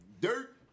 Dirt